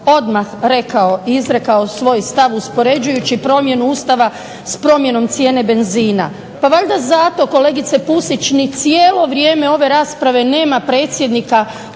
odmah rekao i izrekao svoj stav uspoređujući promjenu Ustava s promjenom cijene benzina. Pa valjda zato kolegice PUsić ni cijelo vrijeme ove rasprave nema predsjednika